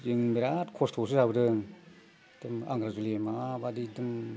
जों बिराद खस्थ'आवसो जाबोदों एखदम आंग्राजुलि माबायदि एखदम